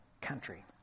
country